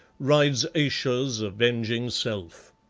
rides ayesha's avenging self